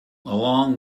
along